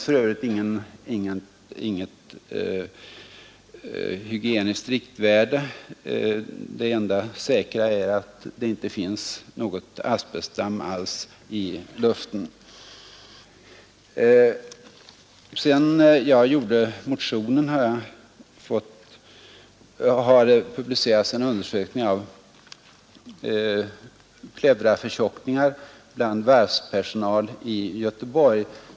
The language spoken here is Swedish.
För övrigt existerar inget hygieniskt riktvärde. Det enda säkra är att det inte bör finnas något asbestdamm alls i luften. Sedan jag väckte motionen har det publicerats en undersökning rörande pleuraförtjockningar bland varvspersonal i Göteborg.